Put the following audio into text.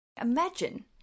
Imagine